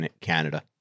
Canada